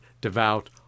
devout